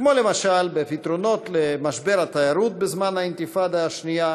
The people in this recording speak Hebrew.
למשל בפתרונות למשבר התיירות בזמן האינתיפאדה השנייה,